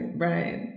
Right